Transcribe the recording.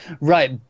Right